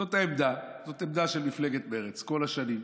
זאת עמדה של מפלגת מרצ כל השנים,